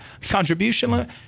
contribution